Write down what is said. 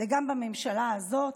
וגם בממשלה הזאת.